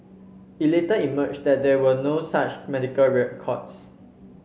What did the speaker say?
it later emerged that there were no such medical records